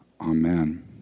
Amen